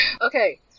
Okay